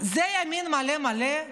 זה ימין מלא מלא?